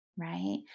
Right